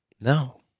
No